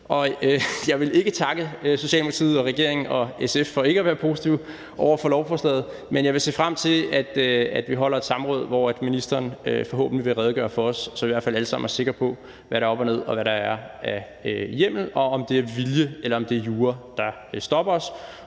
Jeg vil ikke takke Socialdemokratiet, regeringen og SF for ikke at være positive over for forslaget, men jeg vil se frem til, at vi holder et samråd, hvor ministeren forhåbentlig vil komme med en redegørelse til os, så vi i hvert fald alle sammen er sikre på, hvad der er op og ned, om der er hjemmel, om det er vilje, eller om det er jura, der stopper os,